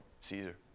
Caesar